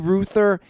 Ruther